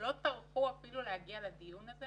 לא טרחו אפילו להגיע לדיון הזה